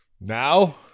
now